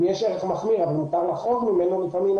אם יש ערך מחמיר אבל ניתן לחרוג ממנו לפעמים,